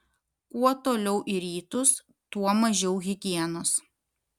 kuo toliau į rytus tuo mažiau higienos